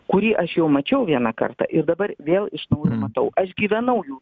kurį aš jau mačiau vieną kartą ir dabar vėl iš naujo matau aš gyvenau